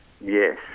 Yes